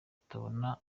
batabona